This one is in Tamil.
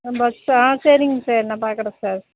அ பக்ஸ் ஆ சரிங்க சார் நான் பார்க்கறேன் சார்